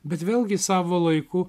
bet vėlgi savo laiku